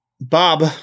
Bob